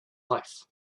life